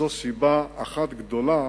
זאת סיבה אחת גדולה